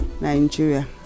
Nigeria